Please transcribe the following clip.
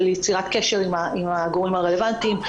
של יצירת קשר עם הגורמים הרלוונטיים,